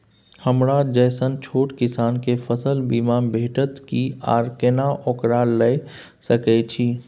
हमरा जैसन छोट किसान के फसल बीमा भेटत कि आर केना ओकरा लैय सकैय छि?